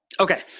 Okay